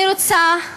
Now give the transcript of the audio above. אני רוצה,